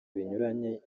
binyuranye